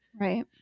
Right